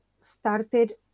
started